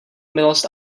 milost